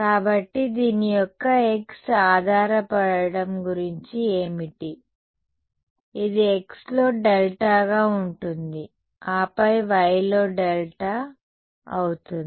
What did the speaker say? కాబట్టి దీని యొక్క x ఆధారపడటం గురించి ఏమిటి ఇది xలో డెల్టాగా ఉంటుంది ఆపై yలో డెల్టా అవుతుంది